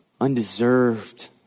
undeserved